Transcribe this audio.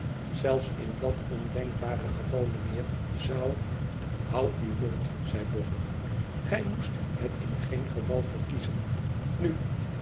zelis in dat ondenkbare geval mijnheer zou houd uw mond zei boffin gij moest het in een geval verkiezen nu